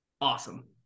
Awesome